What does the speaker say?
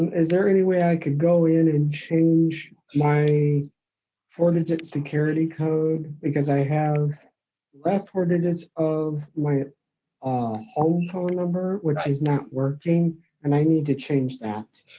is there any way i could go in and change my four digit security code because i have last four digits of my ah ah home phone number which is not working and i need to change that.